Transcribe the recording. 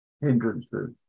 hindrances